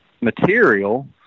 material